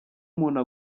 umuntu